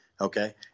Okay